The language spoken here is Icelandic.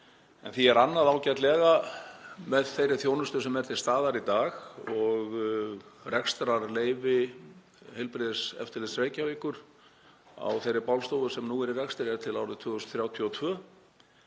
en því er annað ágætlega með þeirri þjónustu sem er til staðar í dag. Rekstrarleyfi Heilbrigðiseftirlits Reykjavíkur á þeirri bálstofu sem nú er í rekstri er til ársins 2032.